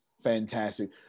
fantastic